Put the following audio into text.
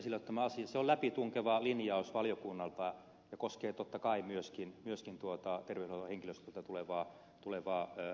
kyllösen esille ottama asia on läpitunkeva linjaus valiokunnalta ja koskee totta kai myöskin tuota terveydenhuollon henkilöstöltä tulevaa ilmoitusta